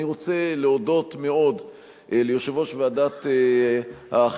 אני רוצה להודות מאוד ליושב-ראש ועדת החינוך,